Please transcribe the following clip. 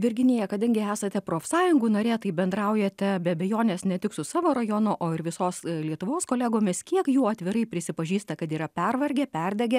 virginija kadangi esate profsąjungų narė tai bendraujate be abejonės ne tik su savo rajonu o ir visos lietuvos kolegomis kiek jų atvirai prisipažįsta kad yra pervargę perdegę